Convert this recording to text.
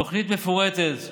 תוכנית מפורטת,